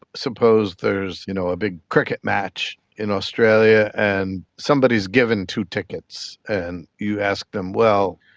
suppose there's you know a big cricket match in australia and somebody is given two tickets and you ask them, well,